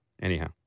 Anyhow